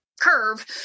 Curve